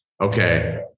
Okay